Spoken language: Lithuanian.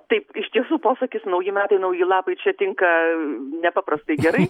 taip iš tiesų posakis nauji metai nauji lapai čia tinka nepaprastai gerai